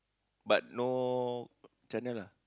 but no channel ah